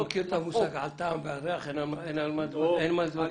אתה מכיר את המושג "על טעם ועל ריח אין מה להתווכח"?